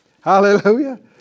Hallelujah